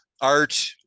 art